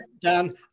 Dan